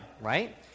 right